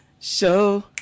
show